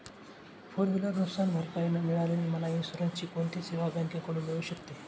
Four wheeler नुकसानभरपाई न मिळाल्याने मला इन्शुरन्सची कोणती सेवा बँकेकडून मिळू शकते?